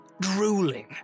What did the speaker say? drooling